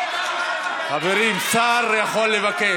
חברים, שר יכול לבקש.